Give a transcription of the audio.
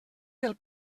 del